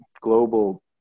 global